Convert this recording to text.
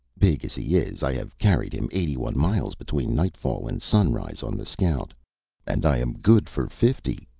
big as he is, i have carried him eighty-one miles between nightfall and sunrise on the scout and i am good for fifty,